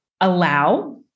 allow